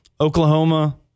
Oklahoma